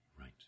Right